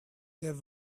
their